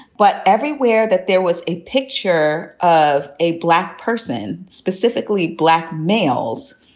but everywhere that there was a picture of a black person, specifically black males,